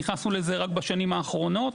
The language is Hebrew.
נכנסנו לזה רק בשנים האחרונות.